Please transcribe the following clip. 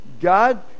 God